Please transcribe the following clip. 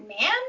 Man